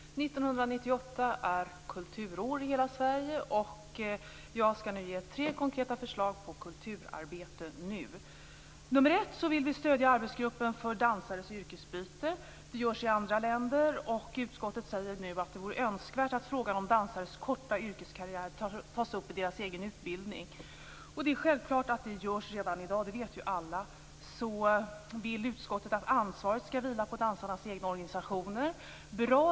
Herr talman! 1998 är kulturår i hela Sverige. Jag skall nu ge tre konkreta förslag på kulturarbeten som kan genomföras nu. För det första vill vi stödja arbetsgruppen för dansares yrkesbyten. Det görs i andra länder. Utskottet säger att det vore önskvärt att frågan om dansares yrkeskarriär tas upp i deras egen utbildning. Det är självklart att det görs redan i dag. Det vet ju alla. Utskottet vill att ansvaret skall vila på dansarnas egna organisationer. Det är bra.